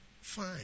Fine